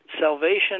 salvation